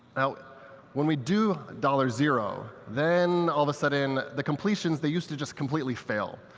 now when we do dollar zero, then all of a sudden, the completions, they used to just completely fail.